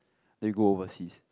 then we go overseas